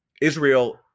Israel